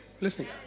listening